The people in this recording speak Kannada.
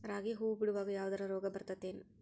ರಾಗಿ ಹೂವು ಬಿಡುವಾಗ ಯಾವದರ ರೋಗ ಬರತೇತಿ ಏನ್?